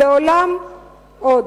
לעולם לא עוד.